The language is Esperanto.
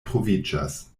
troviĝas